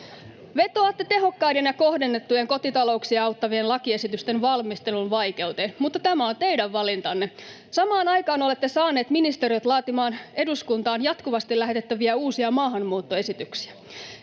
Vetoatte tehokkaiden ja kohdennettujen kotitalouksia auttavien lakiesitysten valmistelun vaikeuteen, mutta tämä on teidän valintanne. Samaan aikaan olette saaneet ministeriöt laatimaan eduskuntaan jatkuvasti lähetettäviä uusia maahanmuuttoesityksiä.